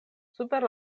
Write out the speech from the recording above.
super